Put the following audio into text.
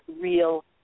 real